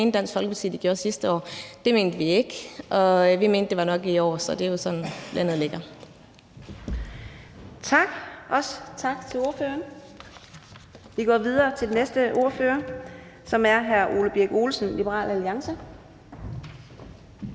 Det mente Dansk Folkeparti, de gjorde sidste år – det mente vi ikke. Men vi mente, det var nok i år. Så det er jo sådan, landet ligger. Kl. 10:32 Fjerde næstformand (Karina Adsbøl): Tak til ordføreren. Vi går videre til den næste ordfører, som er hr. Ole Birk Olesen, Liberal Alliance.